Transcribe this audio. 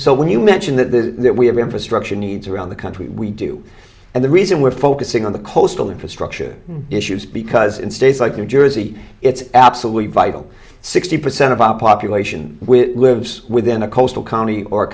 so when you mention that the that we have infrastructure needs around the country we do and the reason we're focusing on the coastal infrastructure issues because in states like new jersey it's absolutely vital sixty percent of our population lives within a coastal county or